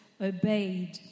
obeyed